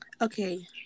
Okay